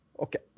Okay